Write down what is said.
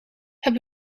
het